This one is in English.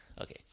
Okay